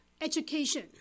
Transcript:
education